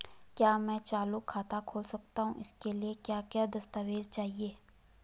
क्या मैं चालू खाता खोल सकता हूँ इसके लिए क्या क्या दस्तावेज़ चाहिए?